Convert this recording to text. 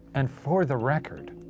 and for the record,